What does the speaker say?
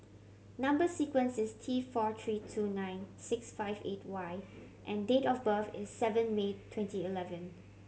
number sequence is T four tree two nine six five eight Y and date of birth is seven May twenty eleven